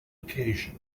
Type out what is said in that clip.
occasion